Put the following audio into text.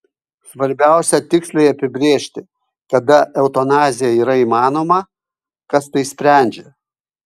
svarbiausia tiksliai apibrėžti kada eutanazija yra įmanoma kas tai sprendžia